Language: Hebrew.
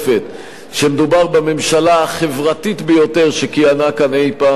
שמדובר בממשלה החברתית ביותר שכיהנה כאן אי-פעם,